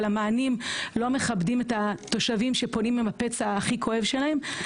אבל המענים לא מכבדים את התושבים שפונים עם הפצע הכי כואב שלהם.